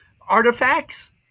artifacts